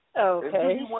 Okay